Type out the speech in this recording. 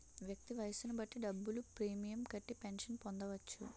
వ్యక్తి వయస్సును బట్టి డబ్బులు ప్రీమియం కట్టి పెన్షన్ పొందవచ్చు